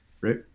right